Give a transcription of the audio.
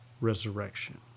resurrection